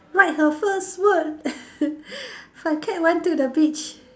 write her first word my cat went to the beach